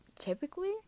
typically